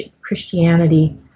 christianity